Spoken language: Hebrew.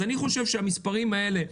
אני חושב שהמספרים האלה,